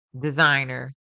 designer